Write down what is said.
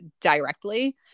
directly